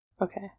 Okay